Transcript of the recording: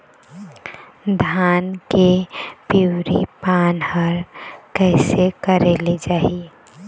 धान के पिवरी पान हर कइसे करेले जाही?